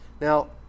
Now